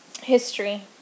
history